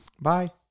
Bye